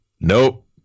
Nope